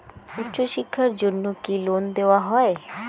উচ্চশিক্ষার জন্য কি লোন দেওয়া হয়?